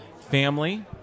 family